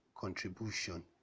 contribution